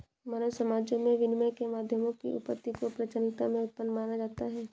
मानव समाजों में विनिमय के माध्यमों की उत्पत्ति को प्राचीनता में उत्पन्न माना जाता है